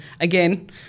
again